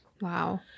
Wow